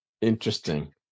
interesting